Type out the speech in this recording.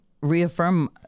reaffirm